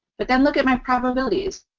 but then look at my probabilities.